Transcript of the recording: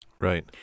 Right